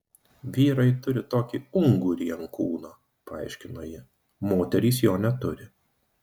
vyrai turi tokį ungurį ant kūno paaiškino ji moterys jo neturi